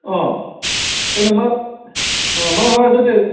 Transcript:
अ बेनो मा अ मा मा जादो